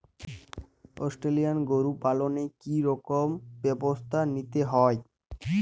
Australian গরু পালনে কি রকম ব্যবস্থা নিতে হয়?